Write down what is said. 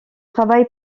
travail